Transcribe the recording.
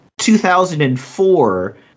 2004